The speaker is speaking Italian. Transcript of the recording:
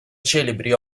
celebri